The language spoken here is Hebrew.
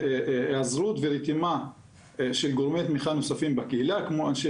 היעזרות ורתימה של גורמי תמיכה נוספים בקהילה כמו אנשי